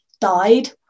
died